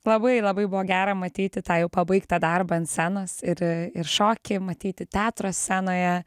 labai labai buvo gera matyti tą jau pabaigtą darbą ant scenos ir ir šokį matyti teatro scenoje